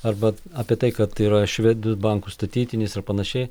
arba apie tai kad yra švedų bankų statytinis ir panašiai